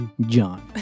John